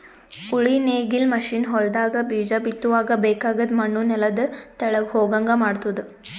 ಉಳಿ ನೇಗಿಲ್ ಮಷೀನ್ ಹೊಲದಾಗ ಬೀಜ ಬಿತ್ತುವಾಗ ಬೇಕಾಗದ್ ಮಣ್ಣು ನೆಲದ ತೆಳಗ್ ಹೋಗಂಗ್ ಮಾಡ್ತುದ